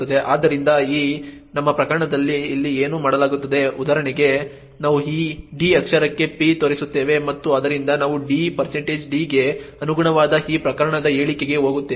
ಆದ್ದರಿಂದ ಈ ನಮ್ಮ ಪ್ರಕರಣದಲ್ಲಿ ಇಲ್ಲಿ ಏನು ಮಾಡಲಾಗುತ್ತದೆ ಉದಾಹರಣೆಗೆ ನಾವು ಈ d ಅಕ್ಷರಕ್ಕೆ p ತೋರಿಸುತ್ತೇವೆ ಮತ್ತು ಆದ್ದರಿಂದ ನಾವು d d ಗೆ ಅನುಗುಣವಾದ ಈ ಪ್ರಕರಣದ ಹೇಳಿಕೆಗೆ ಹೋಗುತ್ತೇವೆ